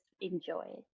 enjoy